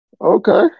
Okay